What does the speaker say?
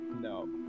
no